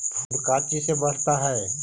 फूल का चीज से बढ़ता है?